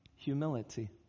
Humility